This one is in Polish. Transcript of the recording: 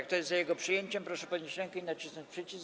Kto jest za jego przyjęciem, proszę podnieść rękę i nacisnąć przycisk.